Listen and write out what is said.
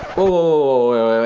whoa,